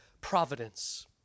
providence